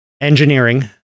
engineering